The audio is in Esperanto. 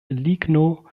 ligno